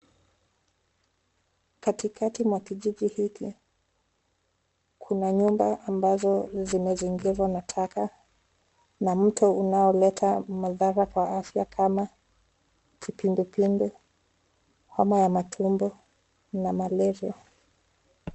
Katikati mwa kijiji hiki, kuna nyumba ambazo zimengirwa na taka, na mto unaoleta madhara kwa afya kama vile kipindupindu, homa ya matumbo na malaria.